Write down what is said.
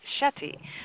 Shetty